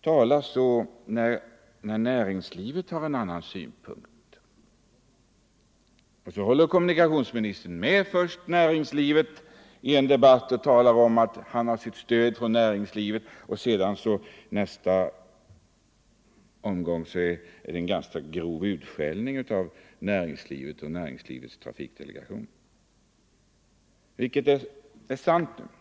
tala så när näringslivet har en annan synpunkt? Och så håller kommunikationsministern först med näringslivet i en debatt och talar om att han har stöd från näringslivet för att sedan i nästa omgång leverera en ganska grov utskällning av näringslivet och näringslivets trafikdelegation. Vilket är sant?